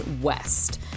West